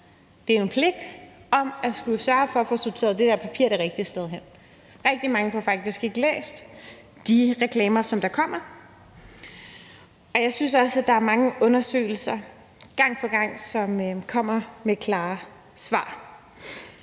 det er jo en pligt til at sørge for at få sorteret det papir det rigtige sted hen. Rigtig mange får faktisk ikke læst de reklamer, der kommer, og jeg synes også, at der er mange undersøgelser, som gang på gang kommer med klare svar.